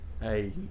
Hey